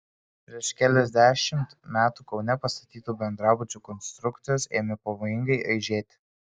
prieš keliasdešimt metų kaune pastatyto bendrabučio konstrukcijos ėmė pavojingai aižėti